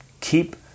keep